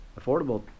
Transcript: Affordable